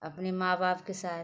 अपने माँ बाप के साथ